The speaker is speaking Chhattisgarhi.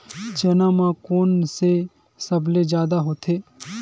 चना म कोन से सबले जादा होथे?